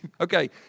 okay